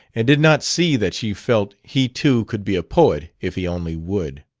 and did not see that she felt he too could be a poet if he only would.